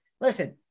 listen